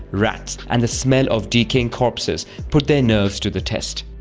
rats and the smell of decaying corpses put their nerves to the test.